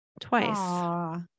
twice